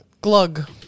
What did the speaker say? Glug